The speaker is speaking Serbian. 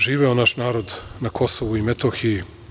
Živeo naš narod na Kosovu i Metohiji.